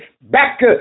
back